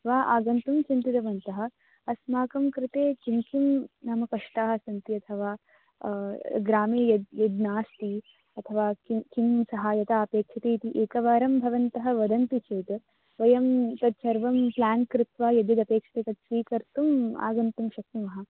वा आगन्तुं चिन्तितवन्तः अस्माकं कृते किं किं नाम कष्टाः सन्ति अथवा ग्रामे यद्यद् नास्ति अथवा किं किं सहायता अपेक्षते इति एकवारं भवन्तः वदन्ति चेत् वयं तत्सर्वं प्लान् कृत्वा यद्यदपेक्षते तत्स्वीकर्तुम् आगन्तुं शक्नुमः